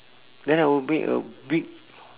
then I will make a big